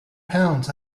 pounds